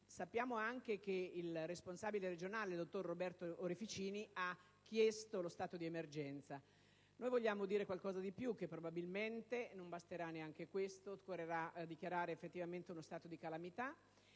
sappiamo anche che il responsabile regionale, dottor Roberto Oreficini, ha chiesto lo stato di emergenza. Noi vogliamo dire qualcosa di più: probabilmente non basterà neanche questo, occorrerà dichiarare lo stato di calamità.